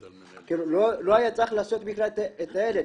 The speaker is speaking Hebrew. לא היה צריך להשהות בכלל את הילד.